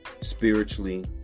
spiritually